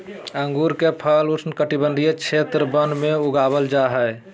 अंगूर के फल उष्णकटिबंधीय क्षेत्र वन में उगाबल जा हइ